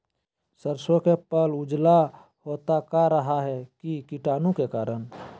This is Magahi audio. सरसो का पल उजला होता का रहा है की कीटाणु के करण?